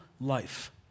life